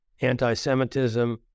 anti-Semitism